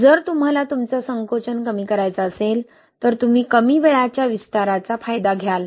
जर तुम्हाला तुमचा संकोचन कमी करायचा असेल तर तुम्ही कमी वेळाच्या विस्ताराचा फायदा घ्याल